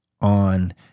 on